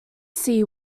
see